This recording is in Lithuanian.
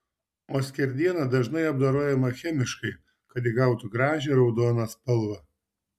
o skerdiena dažnai apdorojama chemiškai kad įgautų gražią raudoną spalvą